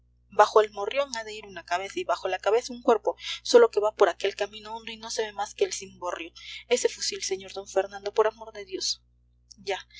bajo el morrión ha de ir una cabeza y bajo la cabeza un cuerpo sólo que va por aquel camino hondo y no se ve más que el cimborrio ese fusil sr d fernando por amor de dios ya ya